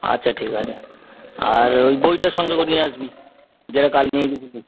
আচ্ছা ঠিক আছে আর ওই বইটা সঙ্গে করে নিয়ে আসবি যেটা কাল নিয়ে গিয়েছিলিস